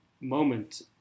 moment